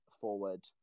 forward